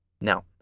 Now